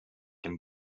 dem